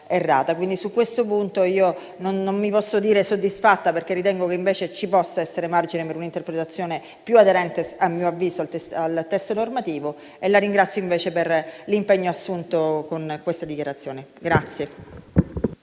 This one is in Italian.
errata. Su questo punto non mi posso dire soddisfatta, perché ritengo che ci possa essere margine per un'interpretazione più aderente - a mio avviso - al testo normativo. La ringrazio invece per l'impegno assunto con la sua dichiarazione.